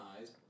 eyes